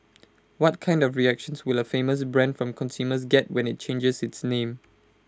what kind of reactions will A famous brand from consumers get when IT changes its name